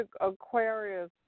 Aquarius